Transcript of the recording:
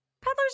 peddlers